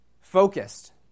focused